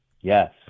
Yes